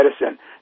medicine